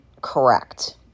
correct